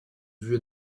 vue